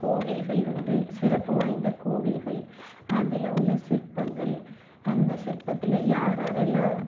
கோவில்கள் வந்து சிறப்பு வாய்ந்த கோவில்கள் அதில் உள்ள சிற்பங்கள் அந்த சிற்பத்தில் யாராரெல்லாம்